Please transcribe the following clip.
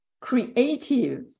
creative